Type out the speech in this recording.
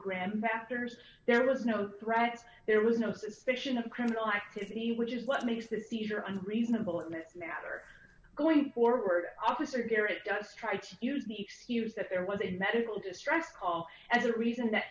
factors there was no threat there was no suspicion of criminal activity which is what makes it easier on reasonable matter going forward officer garrett just tried to use the excuse that there was a medical distress call and the reason that